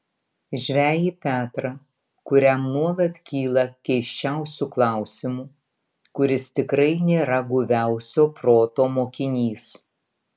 žvejį petrą kuriam nuolat kyla keisčiausių klausimų kuris tikrai nėra guviausio proto mokinys